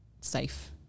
safe